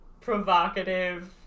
provocative